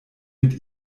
mit